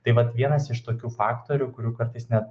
tai vat vienas iš tokių faktorių kurių kartais net